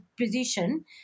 position